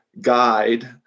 guide